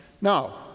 No